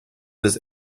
this